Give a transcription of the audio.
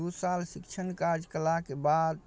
दुइ साल शिक्षण काज कएलाके बाद